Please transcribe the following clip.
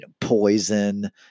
poison